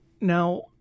now